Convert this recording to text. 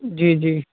جی جی